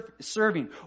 serving